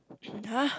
!huh!